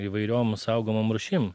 įvairiom saugomom rūšim